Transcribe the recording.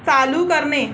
चालू करणे